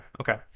okay